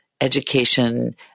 Education